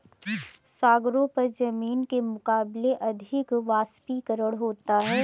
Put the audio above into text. सागरों पर जमीन के मुकाबले अधिक वाष्पीकरण होता है